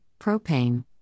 propane